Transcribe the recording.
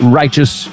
righteous